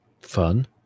Fun